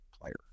player